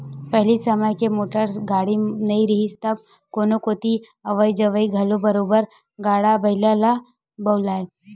पहिली के समे म मोटर गाड़ी नइ रिहिस तब कोनो कोती के अवई जवई म घलो बरोबर गाड़ा बइला ल बउरय